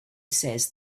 says